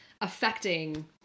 affecting